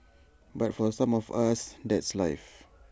but for some of us that's life